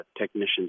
technicians